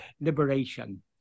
liberation